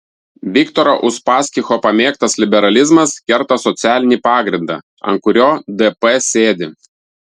viktoro uspaskicho pamėgtas liberalizmas kerta socialinį pagrindą ant kurio dp sėdi